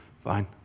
Fine